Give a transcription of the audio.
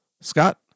scott